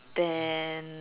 then